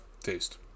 taste